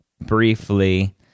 briefly